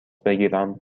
بگیرم